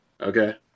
Okay